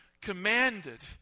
commanded